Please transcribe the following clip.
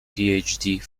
phd